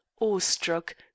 awestruck